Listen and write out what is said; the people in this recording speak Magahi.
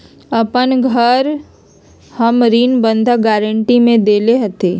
अपन घर हम ऋण बंधक गरान्टी में देले हती